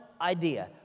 idea